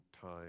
time